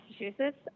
Massachusetts